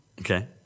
Okay